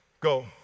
go